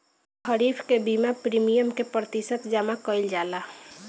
खरीफ के बीमा प्रमिएम क प्रतिशत जमा कयील जाला?